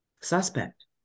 suspect